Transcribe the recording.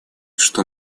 что